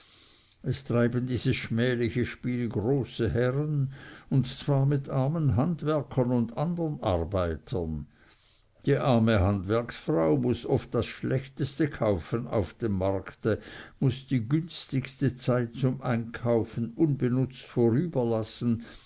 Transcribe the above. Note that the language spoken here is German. es treiben dieses schmähliche spiel große herren und zwar mit armen handwerkern und andern arbeitern die arme handwerksfrau muß oft das schlechteste kaufen auf dem markte muß die günstigste zeit zum einkaufen unbenutzt